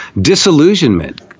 disillusionment